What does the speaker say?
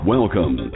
Welcome